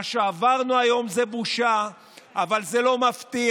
מה שעברנו היום זה בושה, אבל זה לא מפתיע.